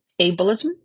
ableism